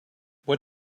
what